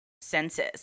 senses